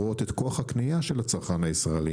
רואות את כוח הקנייה של הצרכן הישראלי